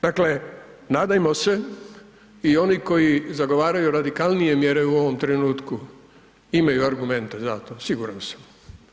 Dakle, nadajmo se i oni koji zagovaraju radikalnije mjere u ovom trenutku imaju argumente za to siguran sam.